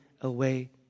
away